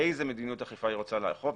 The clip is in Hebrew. איזה מדיניות אכיפה היא רוצה לאכוף,